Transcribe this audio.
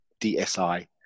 dsi